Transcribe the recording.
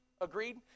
Agreed